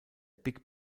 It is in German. big